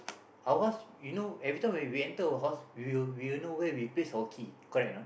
our house you know every time when we enter our house we will we will know where we place our key correct or not